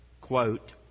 Quote